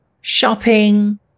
shopping